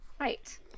Right